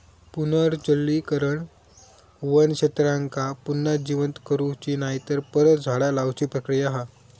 पुनर्जंगलीकरण वन क्षेत्रांका पुन्हा जिवंत करुची नायतर परत झाडा लाऊची प्रक्रिया हा